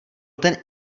ten